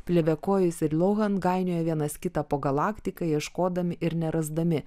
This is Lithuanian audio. plėviakojas ir lohan gainioja vienas kitą po galaktiką ieškodami ir nerasdami